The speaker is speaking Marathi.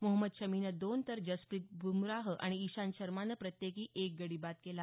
मोहम्मद शमीनं दोन तर जसप्रित बुमराह आणि इशांत शर्मानं प्रत्येकी एक गडी बाद केला